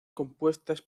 compuestas